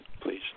please